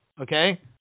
okay